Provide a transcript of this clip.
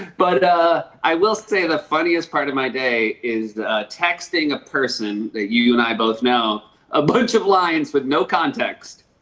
but ah i will say the funniest part of my day is texting a person that you you and i both know a bunch of lines with no context